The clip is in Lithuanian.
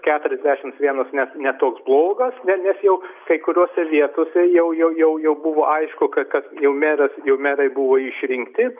keturiasdešims vienas ne ne toks blogas ne nes jau kai kuriose vietose jau jau jau jau buvo aišku kad kad jau meras jau merai buvo išrinkti